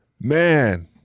Man